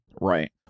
right